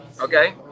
Okay